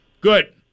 Good